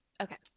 Okay